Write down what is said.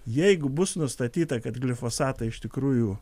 jeigu bus nustatyta kad glifosatai iš tikrųjų